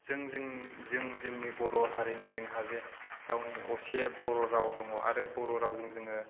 जों जों जों जोंनि बर' हारिनि जोंहा जे गावनि असे बर' राव दङ आरो बर' रावजों जोङो